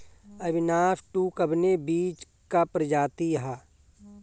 अविनाश टू कवने बीज क प्रजाति ह?